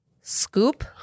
Scoop